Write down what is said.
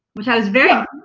which i was very